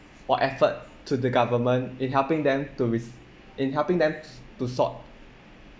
or effort to the government in helping them to risk in helping them s~ to sort